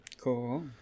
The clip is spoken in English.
Cool